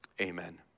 Amen